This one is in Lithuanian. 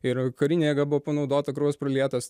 ir karinė jėga buvo panaudota kraujas pralietas